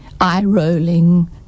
eye-rolling